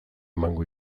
emango